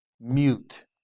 mute